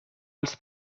els